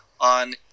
on